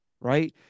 Right